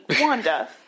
Wanda